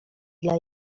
dla